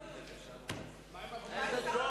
מה עם משרד הבריאות?